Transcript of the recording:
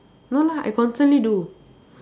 no lah I constantly do